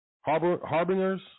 harbingers